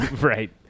Right